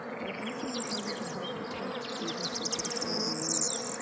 they're also intended to help protect deed-restricted affordable units,